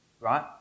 right